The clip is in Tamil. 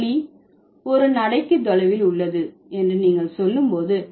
பள்ளி ஒரு நடைக்கு தொலைவில் உள்ளது என்று நீங்கள் சொல்லும் போது